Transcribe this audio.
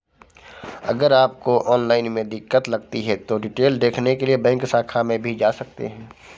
अगर आपको ऑनलाइन में दिक्कत लगती है तो डिटेल देखने के लिए बैंक शाखा में भी जा सकते हैं